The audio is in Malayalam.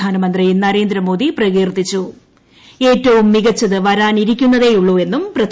പ്രധാനമന്ത്രി നരേന്ദ്രി്മോദ്ദി പ്രകീർത്തിച്ചു ഏറ്റവും മികച്ചത് വരാനിരിക്കുന്നത്യുള്ളൂ എന്നും പ്രധാനമന്ത്രി